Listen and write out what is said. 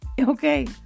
Okay